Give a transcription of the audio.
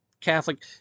Catholic